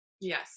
Yes